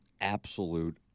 absolute